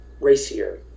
racier